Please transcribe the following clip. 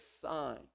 sign